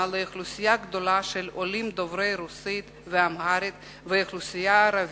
לאוכלוסייה גדולה של עולים דוברי רוסית ואמהרית ולאוכלוסייה הערבית.